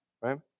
right